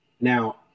Now